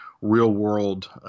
real-world